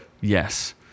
Yes